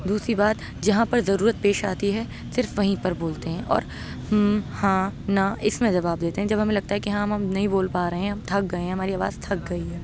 دوسری بات جہاں پر ضرورت پیش آتی ہے صرف وہیں پر بولتے ہیں اور ہوں ہاں نا اس میں جواب دیتے ہیں جب ہمیں لگتا ہے کہ ہاں ہم نہیں بول پا رہے ہیں ہم تھک گئے ہیں ہماری آواز تھک گئی ہے